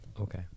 Okay